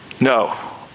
No